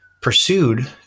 pursued